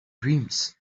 dreams